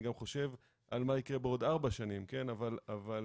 גם חושב על מה יקרה בעוד ארבע שנים אבל כן,